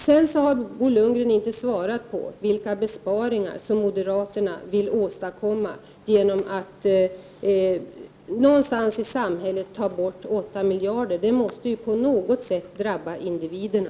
Sedan har Bo Lundgren inte svarat på frågan om vilka besparingar som moderaterna vill åstadkomma genom att någonstans i samhället ta bort 8 miljarder. Det måste ju på något sätt drabba individerna.